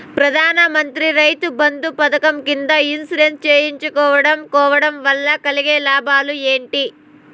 ప్రధాన మంత్రి రైతు బంధు పథకం కింద ఇన్సూరెన్సు చేయించుకోవడం కోవడం వల్ల కలిగే లాభాలు ఏంటి?